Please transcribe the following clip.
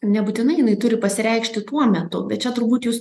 nebūtinai jinai turi pasireikšti tuo metu bet čia turbūt jūs